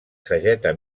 sageta